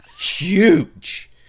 huge